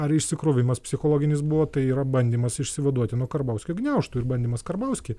ar išsikrovimas psichologinis buvo tai yra bandymas išsivaduoti nuo karbauskio gniaužtų ir bandymas karbauskį